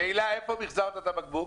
שאלה: איפה מיחזרת את הבקבוק?